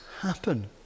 happen